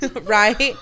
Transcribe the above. right